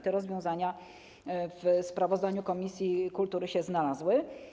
Te rozwiązania w sprawozdaniu komisji kultury się znalazły.